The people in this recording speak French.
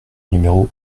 numéro